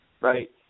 right